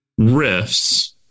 riffs